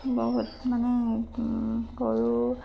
বহুত মানে গৰু